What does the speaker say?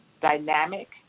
dynamic